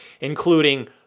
including